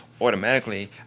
automatically